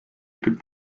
could